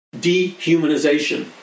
dehumanization